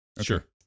Sure